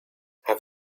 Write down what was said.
have